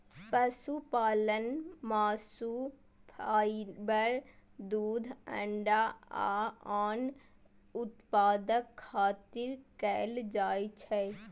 पशुपालन मासु, फाइबर, दूध, अंडा आ आन उत्पादक खातिर कैल जाइ छै